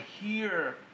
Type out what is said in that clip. hear